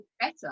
better